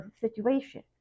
situation